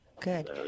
Good